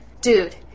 Dude